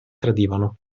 tradivano